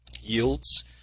yields